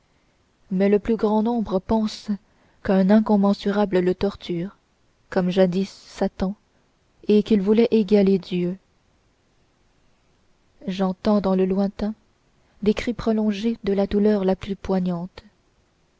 mais le plus grand nombre pense qu'un incommensurable le torture comme jadis satan et qu'il voulait égaler dieu j'entends dans le lointain des cris prolongés de la douleur la plus poignante